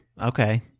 Okay